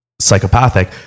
psychopathic